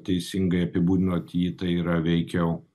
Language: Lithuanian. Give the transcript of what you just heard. teisingai apibūdinot jį tai yra veikiau